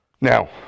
now